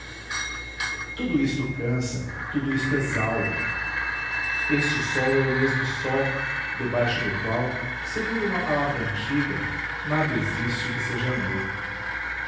isto cansa tudo isto exaure este sol é o mesmo sol debaixo do qual segundo uma palavra antiga nada existe que seja novo